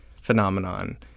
phenomenon